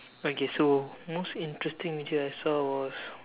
okay so most interesting video I saw was